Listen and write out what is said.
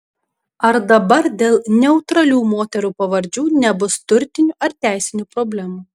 ar dabar dėl neutralių moterų pavardžių nebus turtinių ar teisinių problemų